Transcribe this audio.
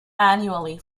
annually